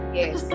yes